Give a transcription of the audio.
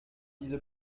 diese